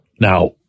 Now